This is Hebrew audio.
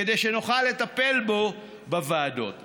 כדי שנוכל לטפל בו בוועדות.